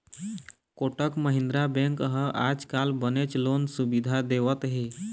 Kotak Mahindra bank ह आजकाल बनेच लोन सुबिधा देवत हे